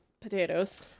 potatoes